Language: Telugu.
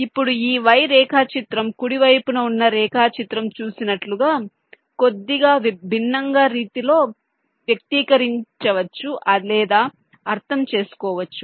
ఇప్పుడు ఈ Y రేఖాచిత్రం కుడి వైపున ఉన్న రేఖాచిత్రం చూపినట్లుగా కొద్దిగా భిన్నమైన రీతిలో వ్యక్తీకరించవచ్చు లేదా అర్థం చేసుకోవచ్చు